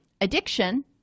addiction